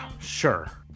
sure